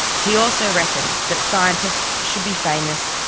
he also reckons that scientists should be famous,